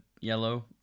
yellow